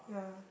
yeah